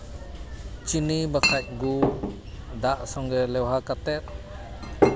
ᱪᱤᱱᱤ ᱵᱟᱠᱷᱟᱱ ᱜᱩᱲ ᱫᱟᱜ ᱥᱚᱸᱜᱮ ᱞᱮᱣᱦᱟ ᱠᱟᱛᱮᱫ